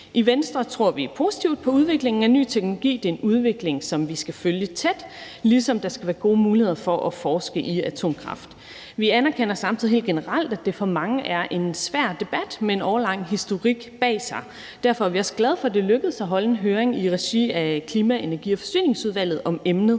I Venstre tror vi positivt på udviklingen af ny teknologi; det er en udvikling, som vi skal følge tæt, ligesom der skal være gode muligheder for at forske i atomkraft. Vi anerkender samtidig helt generelt, at det for mange er en svær debat med en årelang historik bag sig. Derfor er vi også glade for, at det lykkedes at holde en høring i regi af Klima-, Energi- og Forsyningsudvalget om emnet,